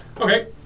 Okay